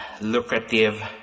lucrative